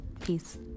Peace